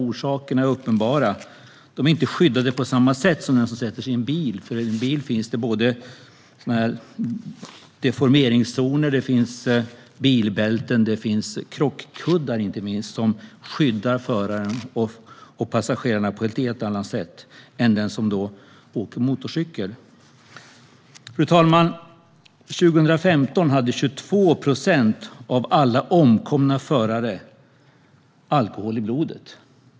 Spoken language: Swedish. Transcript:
Orsakerna är uppenbara: De är inte skyddade på samma sätt som den som sitter i en bil, för i en bil finns det deformeringszoner, bälten och inte minst krockkuddar som skyddar föraren och passagerarna på ett helt annat sätt än den som åker motorcykel är skyddad. Fru talman! År 2015 hade 22 procent av alla omkomna förare alkohol i blodet.